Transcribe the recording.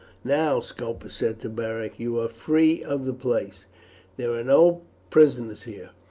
now, scopus said to beric, you are free of the place there are no prisoners here.